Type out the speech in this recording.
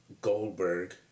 Goldberg